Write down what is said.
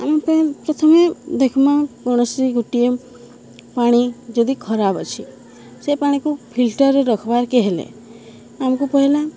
ଆମ ପାଇଁ ପ୍ରଥମେ ଦେଖ୍ମା କୌଣସି ଗୋଟିଏ ପାଣି ଯଦି ଖରାପ ଅଛି ସେ ପାଣିକୁ ଫିଲ୍ଟର ରଖ୍ବାର୍ କେ ହେଲେ ଆମକୁ ପହଲା